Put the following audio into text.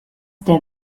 der